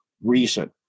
reason